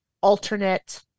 alternate